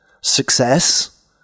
Success